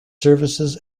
services